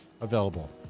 available